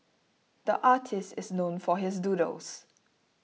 the artist is known for his doodles